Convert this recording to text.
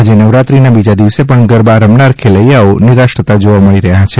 આજે નવરાત્રીના બીજા દિવસે પણ ગરબા રમનાર ખેલૈયાઓ નિરાશ થતા જોવા મળી રહ્યા છે